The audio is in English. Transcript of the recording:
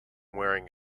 wearing